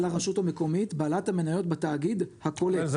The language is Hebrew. הרשות המקומית בעלת המניות בתאגיד הכולל אבל זה